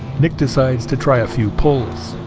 nick decides to try a few pulls,